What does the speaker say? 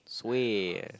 suay